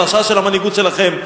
זו השעה של המנהיגות שלכם,